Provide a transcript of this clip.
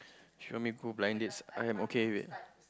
she want me go blind dates I am okay with it